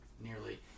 nearly